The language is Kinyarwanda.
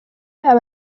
aba